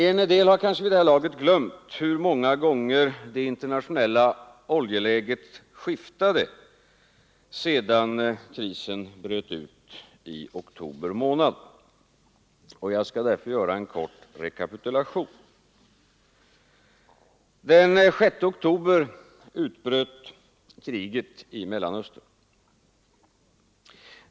En del har kanske vid det här laget glömt hur många gånger det internationella oljeläget skiftat sedan krisen bröt ut i oktober månad förra året. Jag skall därför göra en kort rekapitulation. Den 6 oktober utbröt kriget i Mellanöstern.